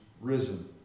risen